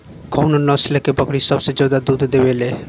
कउन नस्ल के बकरी सबसे ज्यादा दूध देवे लें?